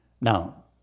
Now